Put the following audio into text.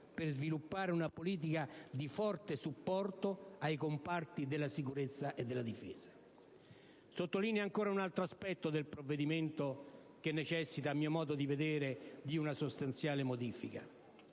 per sviluppare una politica di forte supporto ai comparti della sicurezza e della difesa. Sottolineo ancora un altro aspetto del provvedimento che necessita - a mio modo di vedere - di una sostanziale modifica.